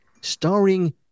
starring